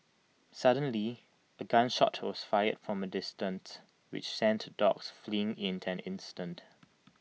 suddenly A gun shot was fired from A distance which sent the dogs fleeing in ten instant